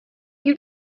you